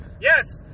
Yes